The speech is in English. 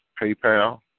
PayPal